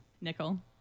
Nickel